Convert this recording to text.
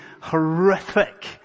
horrific